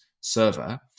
server